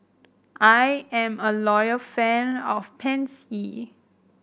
I am a loyal friend of Pansy